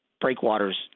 breakwaters